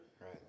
Right